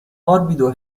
morbido